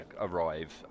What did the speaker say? arrive